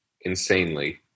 insanely